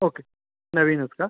okay नवीनच का